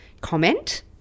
comment